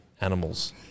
animals